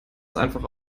einfache